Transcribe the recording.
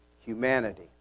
humanity